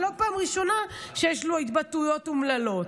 לא הפעם הראשונה שיש לו התבטאויות אומללות.